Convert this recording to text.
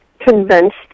convinced